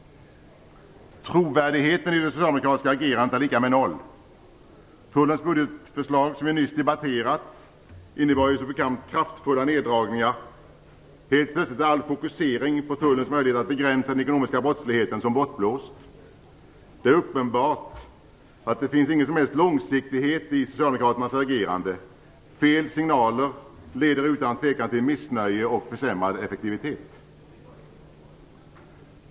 Trovärdigheten i det socialdemokratiska agerandet är lika med noll. Tullens budgetförslag, som vi nyss har debatterat, innebar som bekant kraftfulla neddragningar. Helt plötsligt är all fokusering på tullens möjligheter att begränsa den ekonomiska brottsligheten som bortblåst. Det är uppenbart att det inte finns någon som helst långsiktighet i socialdemokraternas agerande. Fel signaler leder utan tvekan till missnöje och försämrad effektivitet.